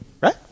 right